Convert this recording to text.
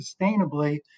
sustainably